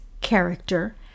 character